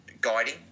guiding